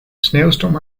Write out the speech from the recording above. sneeuwstorm